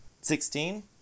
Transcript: sixteen